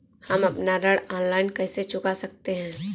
हम अपना ऋण ऑनलाइन कैसे चुका सकते हैं?